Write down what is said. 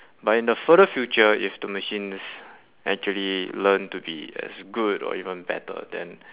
but in the further future if the machines actually learn to be as good or even better then